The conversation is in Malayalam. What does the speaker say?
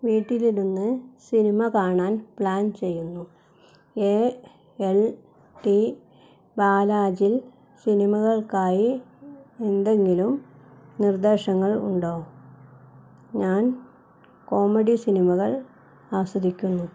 വീട്ടിലിരുന്ന് സിനിമ കാണാൻ പ്ലാൻ ചെയ്യുന്നു എ എൽ ടി ബാലാജിൽ സിനിമകൾക്കായി എന്തെങ്കിലും നിർദ്ദേശങ്ങൾ ഉണ്ടോ ഞാൻ കോമഡി സിനിമകൾ ആസ്വദിക്കുന്നു